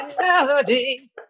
melody